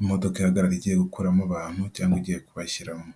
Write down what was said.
imodoka ihagarara igiye gukuramo abantu, cyangwa igiye kubashyiramo.